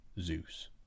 Zeus